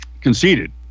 conceded